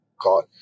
God